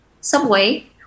Subway